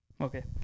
Okay